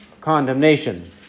condemnation